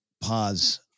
pause